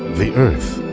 the earth,